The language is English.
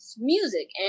music